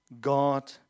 God